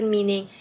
Meaning